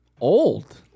old